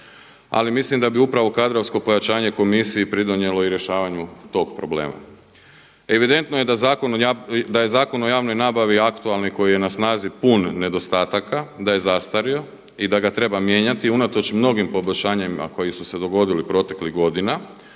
Ali mislim da bi upravo kadrovsko pojačanje komisiji pridonijelo i rješavanju tog problema. Evidentno je da je Zakon o javnoj nabavi aktualni koji je na snazi pun nedostataka, da je zastario i da ga treba mijenjati unatoč mnogim poboljšanjima koje su se dogodile proteklih godina.